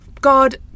God